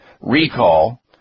recall